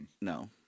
No